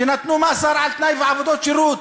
שנתנו מאסר על-תנאי ועבודות שירות.